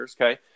Okay